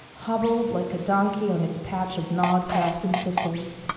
hobbled like a donkey on its patch of gnawed grass and thistles,